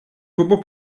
turbo